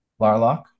larlock